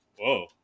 whoa